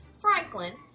Franklin